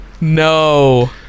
no